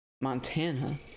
Montana